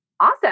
Awesome